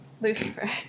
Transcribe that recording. lucifer